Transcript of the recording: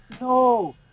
no